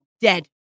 Dead